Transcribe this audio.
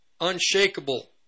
unshakable